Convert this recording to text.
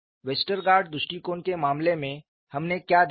Westergaard दृष्टिकोण के मामले में हमने क्या देखा